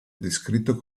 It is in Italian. descritto